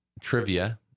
trivia